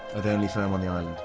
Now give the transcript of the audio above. ah the only firm on the island.